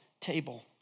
table